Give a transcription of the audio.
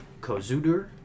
Kozudur